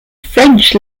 french